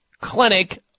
clinic